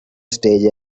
stage